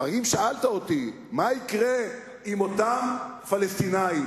אם שאלת אותי מה יקרה עם אותם פלסטינים